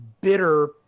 bitter